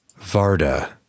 Varda